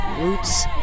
Roots